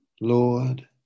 Lord